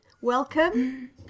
Welcome